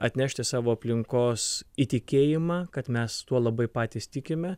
atnešti savo aplinkos įtikėjimą kad mes tuo labai patys tikime